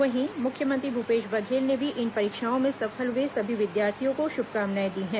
वहीं मुख्यमंत्री भूपेश बघेल ने भी इन परीक्षाओं में सफल हुए सभी विद्यार्थियों को शुभकामनाएं दी हैं